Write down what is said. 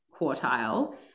quartile